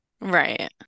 Right